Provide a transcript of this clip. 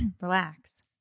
relax